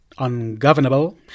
Ungovernable